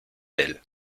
d’elle